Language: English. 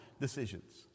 decisions